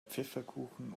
pfefferkuchen